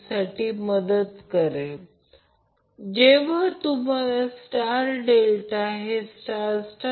∆ मध्ये जोडलेल्या बॅलन्सड लोडशी जोडलेले व्होल्टेज 8 j 4 Ω पर फेज आहे